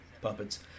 puppets